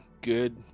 good